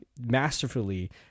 masterfully